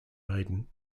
maiden